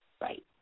right